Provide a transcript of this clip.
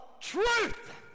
truth